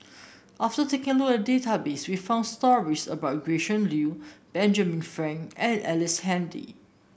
after taking a look at database we found stories about Gretchen Liu Benjamin Frank and Ellice Handy